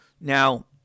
Now